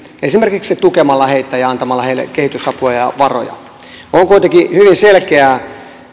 esimerkiksi tukemalla heitä ja antamalla heille kehitysapua ja varoja on kuitenkin hyvin selkeää